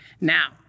Now